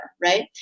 right